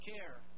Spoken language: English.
care